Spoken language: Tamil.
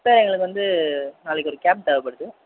சார் எங்களுக்கு வந்து நாளைக்கு ஒரு கேப் தேவைப்படுது